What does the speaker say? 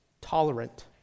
tolerant